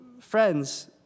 friends